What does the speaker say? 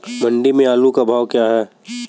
मंडी में आलू का भाव क्या है?